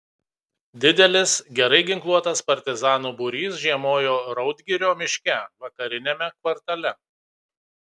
didelis gerai ginkluotas partizanų būrys žiemojo raudgirio miške vakariniame kvartale